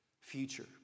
future